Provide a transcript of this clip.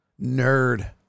nerd